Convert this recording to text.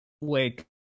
Wake